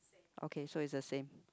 okay so is the same